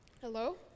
Hello